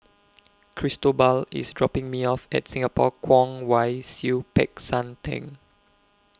Cristobal IS dropping Me off At Singapore Kwong Wai Siew Peck San Theng